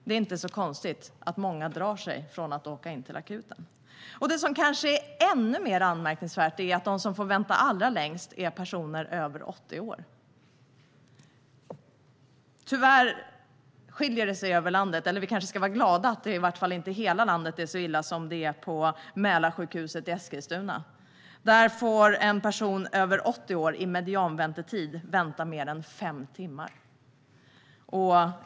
Det är inte så konstigt att många drar sig för att åka in till akuten. Det som kanske är ännu mer anmärkningsvärt är att de som får vänta allra längst är personer över 80 år. Tyvärr skiljer det sig åt över landet, eller egentligen kanske vi ska vara glada för att det i alla fall inte är så illa i hela landet som det är på Mälarsjukhuset i Eskilstuna. Där får en person över 80 år i medianväntetid vänta i mer än fem timmar.